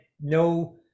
No